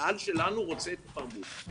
הקהל שלנו רוצה את התרבות.